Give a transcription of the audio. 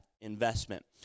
investment